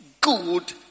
good